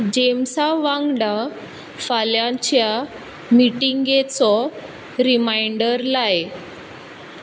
जेम्सा वांगडा फाल्यांच्या मिटिंगेचो रिमांयडर लाय